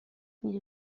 میری